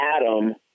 Adam